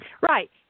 Right